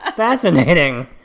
Fascinating